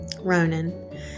Ronan